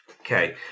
Okay